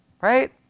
Right